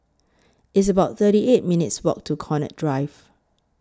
It's about thirty eight minutes' Walk to Connaught Drive